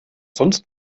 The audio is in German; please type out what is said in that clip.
sonst